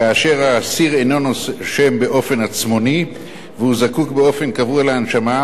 כאשר האסיר אינו נושם באופן עצמוני והוא זקוק באופן קבוע להנשמה,